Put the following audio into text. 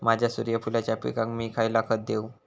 माझ्या सूर्यफुलाच्या पिकाक मी खयला खत देवू?